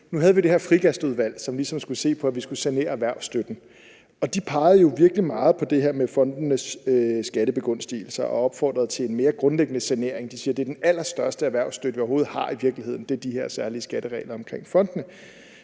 vi havde det her Frigastudvalg, som ligesom skulle se på, at vi skulle sanere erhvervsstøtten. De pegede jo virkelig meget på det her med fondenes skattebegunstigelser og opfordrede til en mere grundlæggende sanering. De siger, at den allerstørste erhvervsstøtte, vi i virkeligheden overhovedet har, er de her særlige skatteregler for fondene.